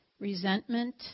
resentment